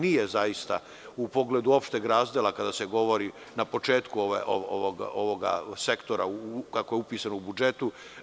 Nije u pogledu opšte razdela, kada se govori na početku ovog sektora, kako je upisano u budžetu…